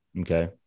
Okay